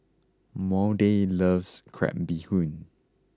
Maude loves Crab Bee Hoon